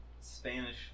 Spanish